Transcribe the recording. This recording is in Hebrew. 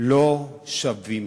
לא שווים,